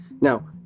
Now